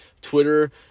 twitter